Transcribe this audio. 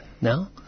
now